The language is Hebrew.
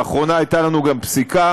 לאחרונה הייתה לנו גם פסיקה